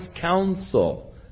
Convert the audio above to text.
counsel